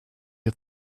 you